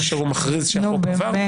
כאשר הוא מכריז שהחוק עבר,